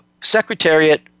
Secretariat